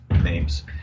names